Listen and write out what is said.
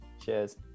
Cheers